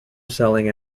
selling